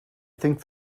think